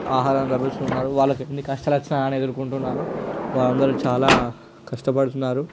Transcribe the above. ఆహారాన్ని లభించుకున్నారు వాళ్ఎళకిన్ని కష్టాలు వచ్చినా కాని ఎదురుకుంటున్నారు వారందరూ చాలా కష్టపడుతున్నారు